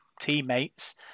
teammates